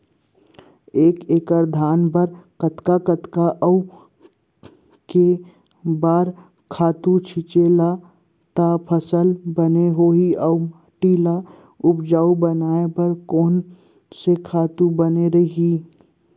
एक एक्कड़ धान बर कतका कतका अऊ के बार खातू छिंचे त फसल बने होही अऊ माटी ल उपजाऊ बनाए बर कोन से खातू बने रही?